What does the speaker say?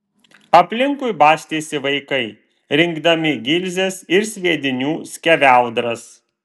aplinkui bastėsi vaikai rinkdami gilzes ir sviedinių skeveldras